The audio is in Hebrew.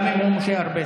גם אם הוא משה ארבל,